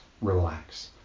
relax